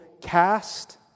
cast